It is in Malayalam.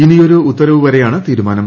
ഇനിയൊരു ഉത്തരവു വരെയാണ് തീരുമാനം